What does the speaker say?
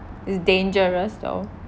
it's dangerous though